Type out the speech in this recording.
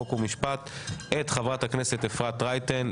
חוק ומשפט את חברת הכנסת אפרת רייטן.